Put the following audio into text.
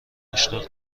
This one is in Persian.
مشتاق